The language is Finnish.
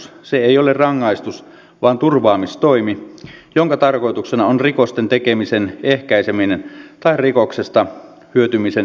se ei ole rangaistus vaan turvaamistoimi jonka tarkoituksena on rikosten tekemisen ehkäiseminen tai rikoksesta hyötymisen estäminen